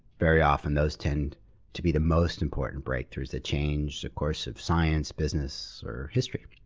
very often, those tend to be the most important breakthroughs that change the course of science, business, or history.